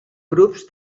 grups